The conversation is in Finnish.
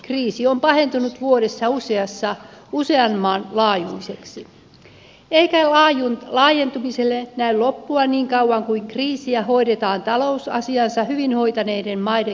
kriisi on pahentunut vuodessa usean maan laajuiseksi eikä laajentumiselle näy loppua niin kauan kuin kriisiä hoidetaan talousasiansa hyvin hoitaneiden maiden kustannuksella